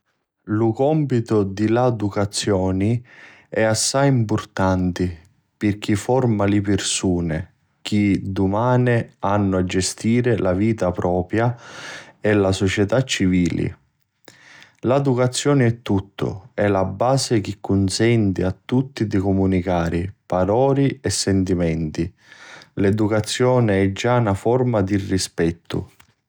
Lu compitu di l'aducazioni è assai mpurtanti pirchì furma li pirsuni chi dumani hannu a gestiri la vita propria e la società civili. L'aducazioni è tuttu, è la basi chi cunsenti a tutti di comunicari palori e sintimenti. L'aducazioni è già na furma di rispettu.